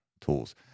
tools